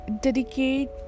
dedicate